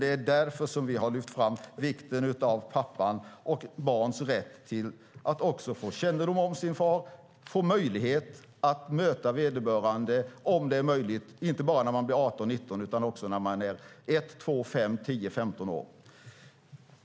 Det är därför som vi har lyft fram vikten av pappan och barns rätt att också få kännedom om sin far och möjlighet att möta vederbörande om det är möjligt inte bara när de blir 18 eller 19 år utan också när de är 1, 2, 5, 10 eller 15 år.